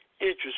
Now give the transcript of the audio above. interest